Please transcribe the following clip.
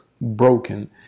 broken